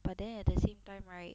but then at the same time right